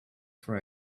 for